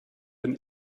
den